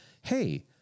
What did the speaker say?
hey